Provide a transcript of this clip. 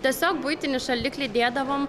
tiesiog buitinį šaldiklį dėdavom